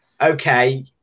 okay